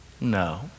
No